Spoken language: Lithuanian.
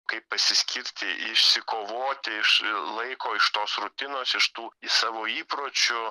kaip pasiskirti išsikovoti iš laiko iš tos rutinos iš tų savo įpročių